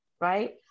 Right